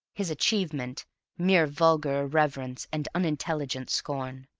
his achievement mere vulgar irreverence and unintelligent scorn.